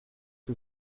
que